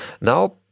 Now